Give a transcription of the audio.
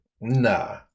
nah